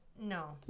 no